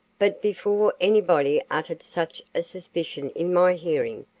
but before anybody uttered such a suspicion in my hearing,